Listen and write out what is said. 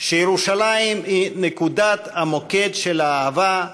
שירושלים היא "נקודת המוקד של האהבה,